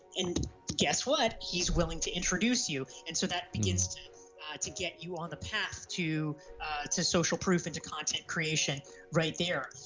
and guess what, he's going to introduce you, and so that begins to to get you on the path to to social proof and to contact creation right there.